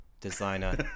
designer